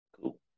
Cool